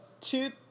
two